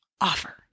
offer